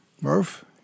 Murph